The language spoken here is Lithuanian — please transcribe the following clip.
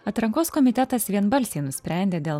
atrankos komitetas vienbalsiai nusprendė dėl